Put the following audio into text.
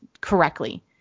correctly